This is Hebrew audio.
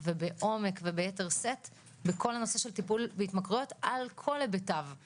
ובעומק וביתר שאת בכל הנושא של טיפול בהתמכרויות על כל היבטיו,